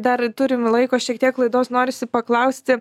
dar turim laiko šiek tiek laidos norisi paklausti